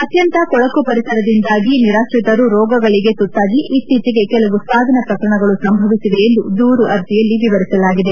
ಅತ್ಯಂತ ಕೊಳಕು ಪರಿಸರದಿಂದಾಗಿ ನಿರಾತ್ರಿತರು ರೋಗಳಿಗೆ ತುತ್ತಾಗಿ ಇತ್ತೀಚಿಗೆ ಕೆಲವು ಸಾವಿನ ಪ್ರಕರಣಗಳು ಸಂಭವಿಸಿವೆ ಎಂದು ದೂರು ಅರ್ಜೆಯಲ್ಲಿ ವಿವರಿಸಲಾಗಿದೆ